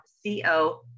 C-O